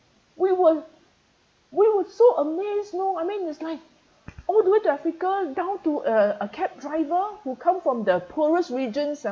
we were we were so amazed you know I mean it's like all the way to africa down to a a cab driver who come from the poorest regions ah